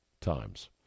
times